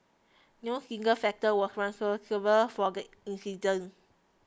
no single factor was for the incident